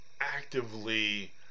actively